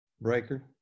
breaker